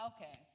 Okay